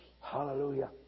Hallelujah